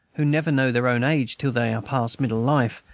who never know their own age till they are past middle life,